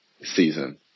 season